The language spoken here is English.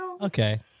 Okay